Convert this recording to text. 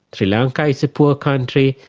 sri lanka is a poor country,